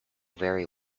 very